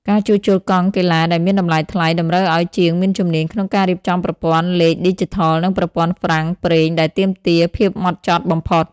ការជួសជុលកង់កីឡាដែលមានតម្លៃថ្លៃ តម្រូវឱ្យជាងមានជំនាញក្នុងការរៀបចំប្រព័ន្ធលេខឌីជីថល និងប្រព័ន្ធហ្វ្រាំងប្រេងដែលទាមទារភាពហ្មត់ចត់បំផុត។